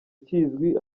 kizwi